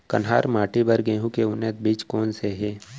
कन्हार माटी बर गेहूँ के उन्नत बीजा कोन से हे?